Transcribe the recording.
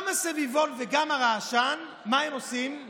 גם הסביבון וגם הרעשן, מה הם עושים?